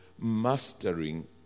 mastering